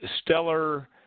stellar